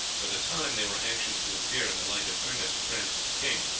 for the time they were anxious to appear in the light of earnest friends of the king,